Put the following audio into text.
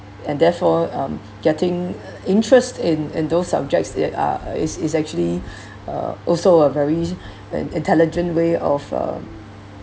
and therefore um getting interest in in those subjects that are is is actually uh also a very in~ intelligent way of uh